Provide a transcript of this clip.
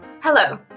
Hello